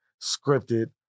scripted